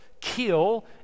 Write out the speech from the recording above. kill